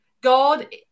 God